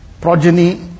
progeny